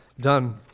done